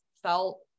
felt